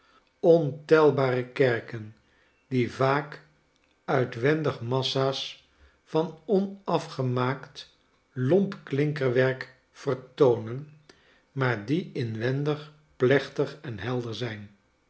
ontelbare kerken die vaak uitwendig massa's van onafgemaakt lorrip klinkerwerk vertoonen maar die inwendig plechtig en helder zijn